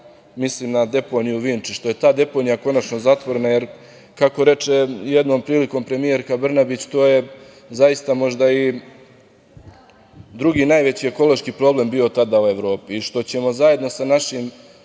mislim na deponiju u Vinči, što je ta deponija konačno zatvorena, jer, kako reče jednom prilikom premijerka Brnabić, to je zaista možda i drugi najveći ekološki problem bio tada u Evropi, i što ćemo zajedno sa našim